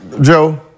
Joe